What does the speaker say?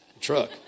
Truck